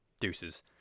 Deuces